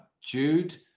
Jude